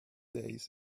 days